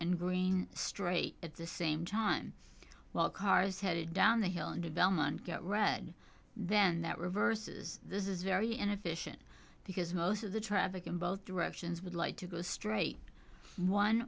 and green straight at the same time while cars headed down the hill and development get red then that reverses this is very inefficient because most of the traffic in both directions would like to go straight one